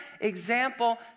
example